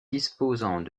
disposant